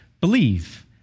believe